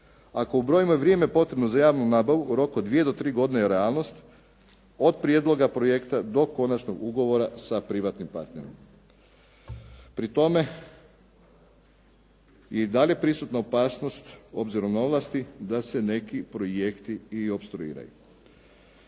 Ako ubrojimo vrijeme potrebno za javnu nabavu u roku od 2 do 3 godine je realnost od prijedloga projekta do konačnog ugovora sa privatnim partnerom. Pri tome je i dalje prisutna opasnost obzirom na ovlasti, da se neki projekti i opstruiraju.